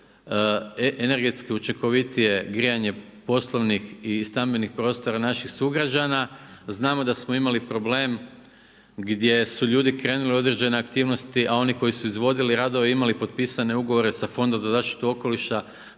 Znamo da smo imali problem, gdje su ljudi krenuli u određene aktivnosti, a oni koji su izvodili radove imali potpisane ugovore sa fondom za zaštitu okoliša,